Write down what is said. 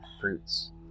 fruits